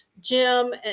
Jim